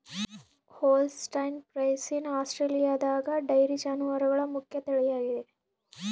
Holstein Friesian ಆಸ್ಟ್ರೇಲಿಯಾದಗ dairy ಜಾನುವಾರುಗಳ ಮುಖ್ಯ ತಳಿಯಾಗಿದೆ